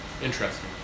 Interesting